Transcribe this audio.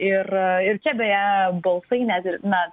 ir ir čia beje balsai net ir na